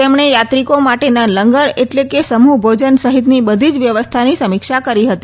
તેમણે યાત્રીકો માટેના લગંર એટલે કે સમૂહભોજન સહિતની બધી જ વ્યવસ્થાની સમીક્ષા કરી હતી